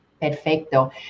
Perfecto